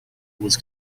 was